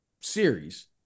series